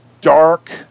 dark